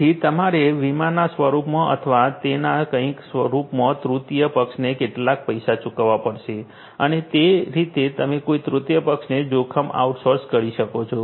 તેથી તમારે વીમાના રૂપમાં અથવા તેવા કંઈક રૂપમાં તૃતીય પક્ષને કેટલાક પૈસા ચૂકવવા પડશે અને એ રીતે તમે કોઈ તૃતીય પક્ષને જોખમ આઉટસોર્સ કરી શકો છો